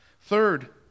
Third